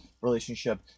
relationship